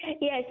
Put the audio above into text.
Yes